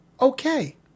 okay